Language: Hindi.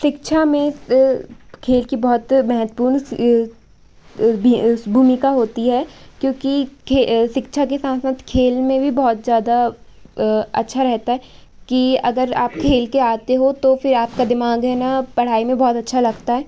शिक्षा में खेल की बहुत महत्त्वपूर्ण भी स भूमिका होती है क्योंकि खे शिक्षा के साथ साथ खेल में भी बहुत ज़्यादा अच्छा रहता है कि अगर आप खेल कर आते हो तो फिर आपका दिमाग है न पढाई में बहुत अच्छा लगता है